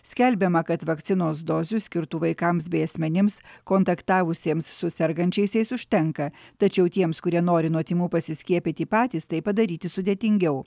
skelbiama kad vakcinos dozių skirtų vaikams bei asmenims kontaktavusiems su sergančiaisiais užtenka tačiau tiems kurie nori nuo tymų pasiskiepyti patys tai padaryti sudėtingiau